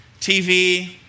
TV